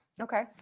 Okay